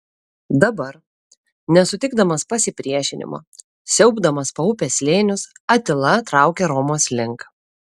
dabar nesutikdamas pasipriešinimo siaubdamas po upės slėnius atila traukia romos link